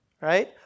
right